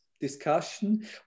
discussion